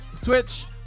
Twitch